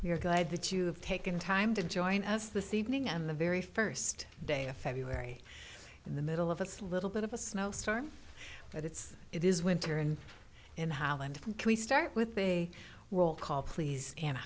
you're glad that you have taken time to join us this evening on the very first day of february in the middle of it's little bit of a snow storm but it's it is winter and in holland can we start with a roll call please and